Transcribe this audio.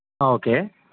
okay